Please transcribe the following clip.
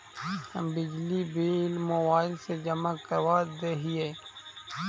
हम बिजली bill mobile से जमा करवा देहियै?